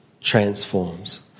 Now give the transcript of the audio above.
transforms